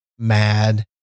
Mad